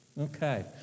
Okay